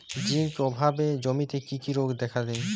Zinc অভাবে জমিতে কি কি রোগ দেখাদেয়?